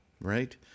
right